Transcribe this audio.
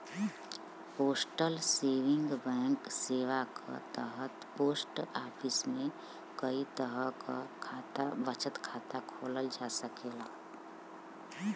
postal saving bank सेवा क तहत पोस्ट ऑफिस में कई तरह क बचत खाता खोलल जा सकेला